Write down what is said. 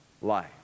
life